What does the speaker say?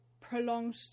prolonged